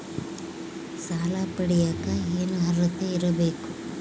ಸಾಲ ಪಡಿಯಕ ಏನು ಅರ್ಹತೆ ಇರಬೇಕು?